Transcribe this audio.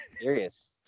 Serious